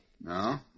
No